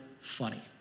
funny